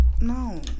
No